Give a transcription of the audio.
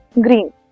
green